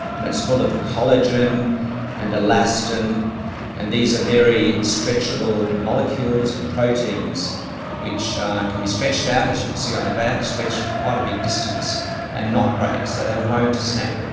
and it's full of collagen and elastin and these are very stretchable molecules and proteins which can be stretched out as you can see on the back, stretched quite a big distance and not break, so they won't snap.